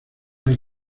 hay